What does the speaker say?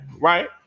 Right